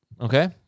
Okay